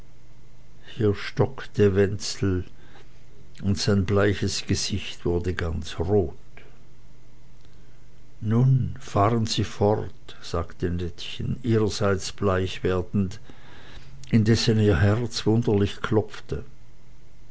hier stockte wenzel und sein bleiches gesicht wurde ganz rot nun fahren sie fort sagte nettchen ihrerseits bleich werdend indessen ihr herz wunderlich klopfte